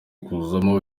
kuzamo